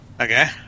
Okay